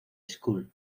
school